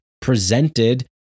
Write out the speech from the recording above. presented